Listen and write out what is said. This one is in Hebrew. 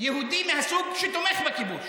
יהודי מהסוג שתומך בכיבוש.